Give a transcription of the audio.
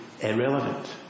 irrelevant